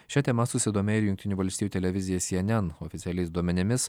šia tema susidomėjo ir jungtinių valstijų televizija cnn oficialiais duomenimis